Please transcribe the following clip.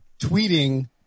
tweeting